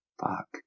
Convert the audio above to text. Fuck